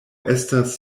estas